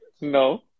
No